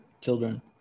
children